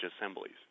assemblies